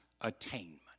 attainment